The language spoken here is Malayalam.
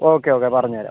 ഓക്കെ ഓക്കെ പറഞ്ഞുതരാം